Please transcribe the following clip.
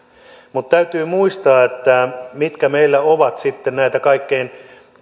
mutta täytyy muistaa mitkä meillä ovat sitten näitä kaikkein